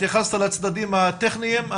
התייחסת לצדדים הטכניים.